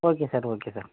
okay sir okay sir